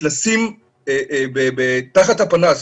לשים תחת הפנס,